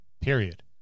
Period